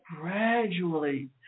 gradually